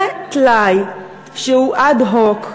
זה טלאי שהוא אד-הוק,